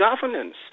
governance